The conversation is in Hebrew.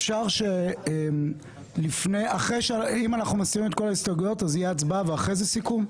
אפשר שאם אנחנו מסירים את כל ההסתייגויות תהיה הצבעה ואחרי זה סיכום?